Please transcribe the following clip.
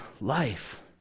life